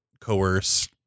coerce